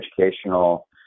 educational